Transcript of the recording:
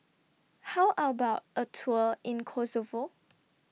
How about A Tour in Kosovo